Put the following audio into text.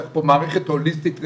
צריך פה מערכת הוליסטית רחבה,